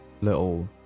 little